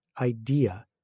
idea